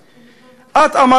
אמרת סתם.